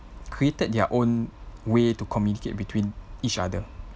created their own way to communicate between each other